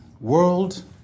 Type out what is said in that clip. world